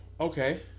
okay